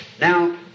Now